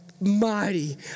mighty